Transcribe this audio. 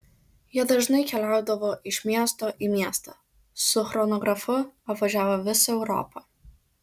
jie dažnai keliaudavo iš miesto į miestą su chronografu apvažiavo visą europą